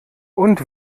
und